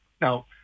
Now